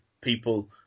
people